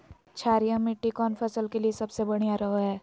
क्षारीय मिट्टी कौन फसल के लिए सबसे बढ़िया रहो हय?